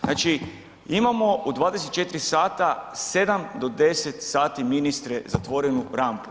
Znači imamo u 24 sata, 7 do 10 sati ministre zatvorenu rampu.